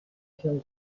کمی